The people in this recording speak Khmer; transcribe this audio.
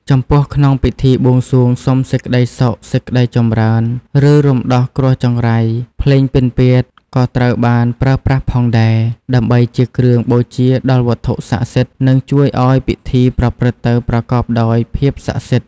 ចំពោះក្នុងពិធីបួងសួងសុំសេចក្ដីសុខ សេចក្ដីចម្រើន ឬរំដោះគ្រោះចង្រៃ ភ្លេងពិណពាទ្យក៏ត្រូវបានប្រើប្រាស់ផងដែរ ដើម្បីជាគ្រឿងបូជាដល់វត្ថុស័ក្តិសិទ្ធិ និងជួយឱ្យពិធីប្រព្រឹត្តទៅប្រកបដោយភាពស័ក្តិសិទ្ធិ។